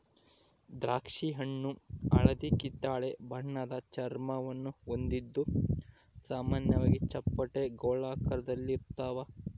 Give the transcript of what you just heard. ದ್ರಾಕ್ಷಿಹಣ್ಣು ಹಳದಿಕಿತ್ತಳೆ ಬಣ್ಣದ ಚರ್ಮವನ್ನು ಹೊಂದಿದ್ದು ಸಾಮಾನ್ಯವಾಗಿ ಚಪ್ಪಟೆ ಗೋಳಾಕಾರದಲ್ಲಿರ್ತಾವ